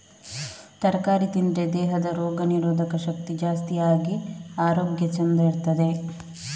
ತರಕಾರಿ ತಿಂದ್ರೆ ದೇಹದ ರೋಗ ನಿರೋಧಕ ಶಕ್ತಿ ಜಾಸ್ತಿ ಆಗಿ ಆರೋಗ್ಯ ಚಂದ ಇರ್ತದೆ